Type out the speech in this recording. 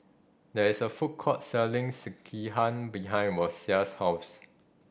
there is a food court selling Sekihan behind Rosia's house